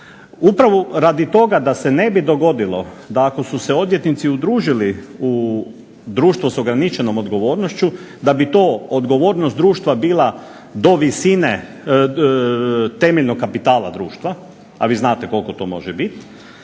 Upravo radi toga da se ne bi dogodilo da ako su se odvjetnici udružili u društvo s ograničenom odgovornošću, da bi to odgovornost društva bila do visine temeljnog kapitala društva, a vi znate koliko to može biti,